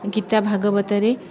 ଗୀତା ଭାଗବତରେ